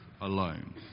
alone